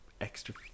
extra